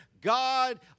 God